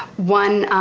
one,